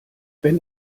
wenn